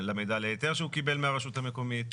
למידע להיתר שהוא קיבל מהרשות המקומית,